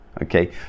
okay